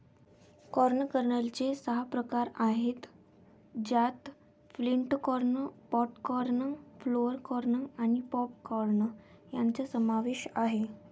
corn कर्नलचे सहा प्रकार आहेत ज्यात flint corn, pod corn, flour corn आणि पॉप कॉर्न यांचा समावेश आहे